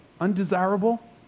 undesirable